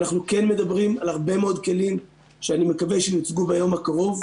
אנחנו כן מדברים על הרבה מאוד כלים שאני מקווה שיוצגו ביום הקרוב,